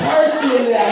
Personally